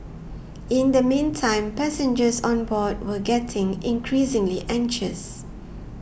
in the meantime passengers on board were getting increasingly anxious